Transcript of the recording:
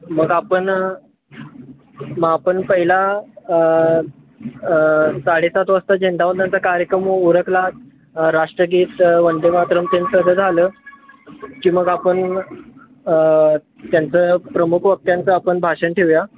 मग आपण मग आपण पहिला साडेसात वाजता झेंडावंदनचा कार्यक्रम उरकला राष्ट्रगीत वंदेमातरम तेन सगळं झालं की मग आपण त्यांचं प्रमुख वक्त्यांचं आपण भाषण ठेऊया